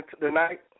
tonight